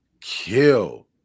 Kill